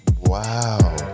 Wow